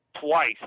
twice